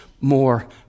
more